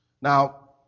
now